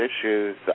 issues